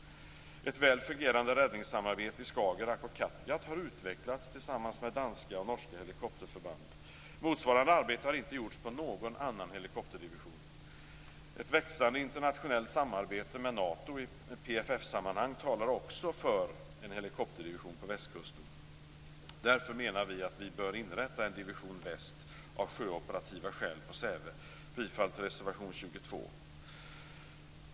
Ett väl fungerande räddningssamarbete i Skagerrak och Kattegatt har utvecklats tillsammans med danska och norska helikopterförband. Motsvarande arbete har inte gjorts på någon annan helikopterdivision. Ett växande internationellt samarbete med Nato i PFF sammanhang talar också för en helikopterdivision på västkusten. Därför bör en Division väst inrättas på Jag yrkar bifall till reservation nr 22.